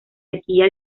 sequía